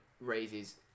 raises